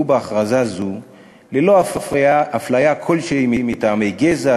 בהכרזה זו ללא אפליה כלשהי מטעמי גזע,